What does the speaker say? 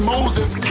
Moses